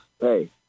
hey